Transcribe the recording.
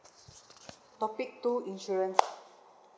topic two insurance